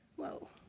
whoa,